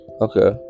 okay